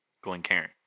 Glencairn